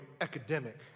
academic